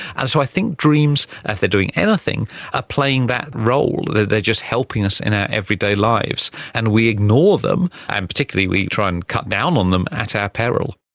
and so i think dreams, if they're doing anything, are playing that role, they're they're just helping us in our everyday lives, and we ignore them and particularly we try and cut down on them at our peril.